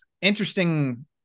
interesting